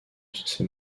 ces